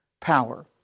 power